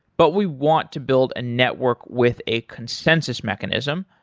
but we want to build a network with a consensus mechanism.